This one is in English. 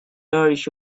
nourish